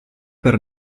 per